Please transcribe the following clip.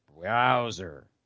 browser